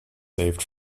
saved